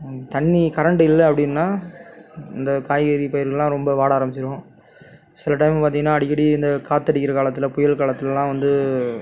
தண்ணி கரண்டு இல்லை அப்படினா இந்த காய்கறி பயிர்கள்லாம் ரொம்ப வாட ஆரம்மிச்சிரும் சில டைம் பார்த்திங்கன்னா அடிக்கடி இந்த காத்தடிக்கிற காலத்தில் புயல் காலத்திலலாம் வந்து